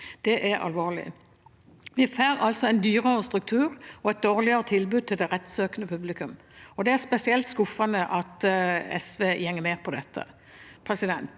Det er alvorlig. Vi får altså en dyrere struktur og et dårligere tilbud til det rettssøkende publikum. Det er spesielt skuffende at SV går med på dette.